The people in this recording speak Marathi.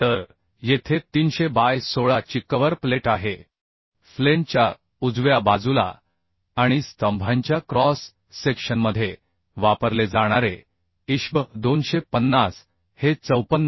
तर येथे 300 बाय 16 ची कव्हर प्लेट आहे फ्लेंजच्या बाजूला आणि स्तंभांच्या क्रॉस सेक्शनमध्ये वापरले जाणारे ISHB 250 हे 54